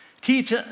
Teach